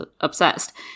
obsessed